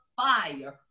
fire